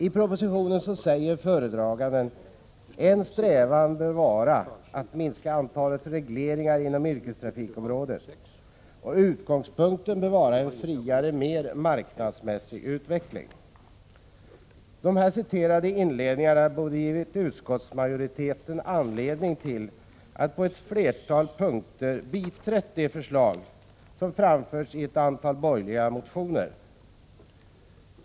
I propositionen säger föredraganden: ”En strävan bör vara att minska antalet regleringar inom yrkestrafikområdet. Utgångspunkten bör vara en friare, mer marknadsmässig utveckling.” Dessa uttalanden borde ha givit utskottsmajoriteten anledning att på ett flertal punkter biträda de förslag som framförts i ett antal borgerliga motioner.